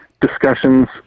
discussions